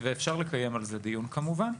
אפשר לקיים על זה דיון, כמובן.